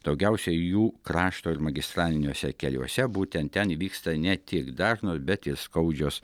daugiausiai jų krašto ir magistraliniuose keliuose būtent ten vyksta ne tik dažnos bet ir skaudžios